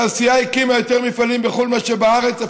התעשייה הקימה יותר מפעלים בחו"ל מאשר בארץ,